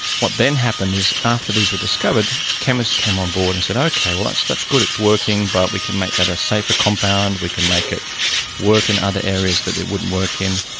what then happens is after these were discovered, chemists came on board and said, okay, that's that's good, it's working, but we can make that a safer compound, we can make it work in other areas that it wouldn't work in.